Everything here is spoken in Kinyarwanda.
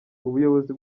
ubuyobozi